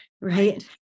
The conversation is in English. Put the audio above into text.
right